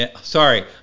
sorry